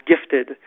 gifted